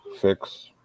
fix